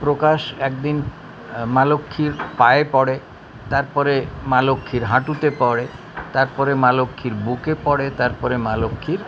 প্রকাশ এক দিন মা লক্ষ্মীর পায়ে পড়ে তারপরে মা লক্ষ্মীর হাঁটুতে পড়ে তারপরে মা লক্ষ্মীর বুকে পড়ে তারপরে মা লক্ষ্মীর